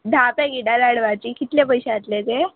धा पॅकेटां लाडवाचीं कितले पयशे जातले हाचे